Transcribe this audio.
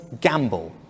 gamble